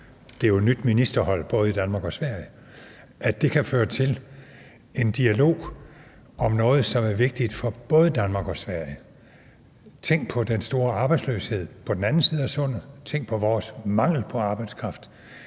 det er jo et nyt ministerhold, både i Danmark og i Sverige – og at det kan føre til en dialog om noget, som er vigtigt for både Danmark og Sverige. Tænk på den store arbejdsløshed på den anden side af Sundet, tænk på vores mangel på arbejdskraft.